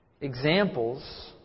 examples